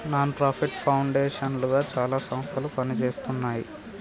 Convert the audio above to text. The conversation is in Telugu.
నాన్ ప్రాఫిట్ పౌండేషన్ లుగా చాలా సంస్థలు పనిజేస్తున్నాయి